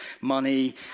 money